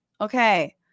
Okay